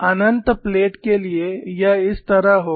अनंत plate के लिए यह इस तरह होगा